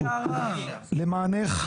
למענך,